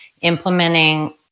implementing